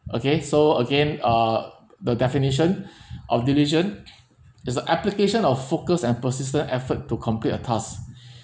okay so again uh the definition of diligent is the application of focus and persistent effort to complete a task